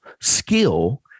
skill